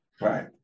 Right